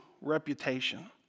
reputation